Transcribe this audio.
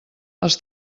els